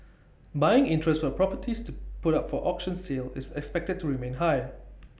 buying interest for properties put up for auction sale is expected to remain high